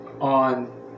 on